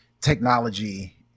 technology